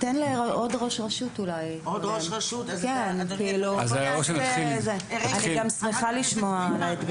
תן לעוד ראש רשות אולי, אני גם שמחה לשמוע.